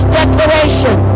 declaration